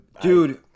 dude